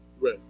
Right